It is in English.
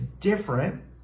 different